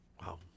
Wow